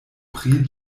pri